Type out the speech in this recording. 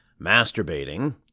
masturbating